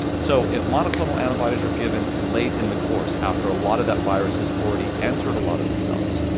so if monoclonal antibodies are given late in the course after a lot of that virus has already entered a lot of the cells,